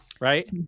Right